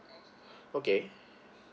okay